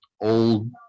old